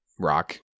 rock